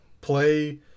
play